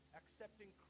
accepting